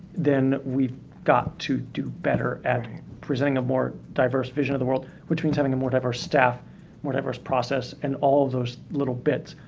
then we've got to do better at presenting a more diverse vision of the world, which means having a more diverse staff, a more diverse process, and all of those little bits.